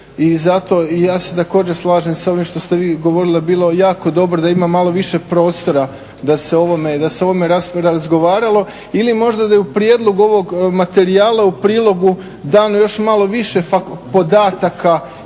i zato, ja se također slažem s ovime što ste vi govorili, bilo jako dobro da imamo malo više prostora da se o ovome razgovaralo. Ili možda da je u prijedlogu ovog materijala, u prilogu dano još malo više podataka